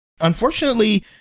unfortunately